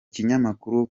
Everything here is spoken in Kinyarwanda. kinyamakuru